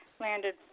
landed